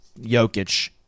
Jokic